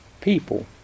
people